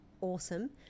awesome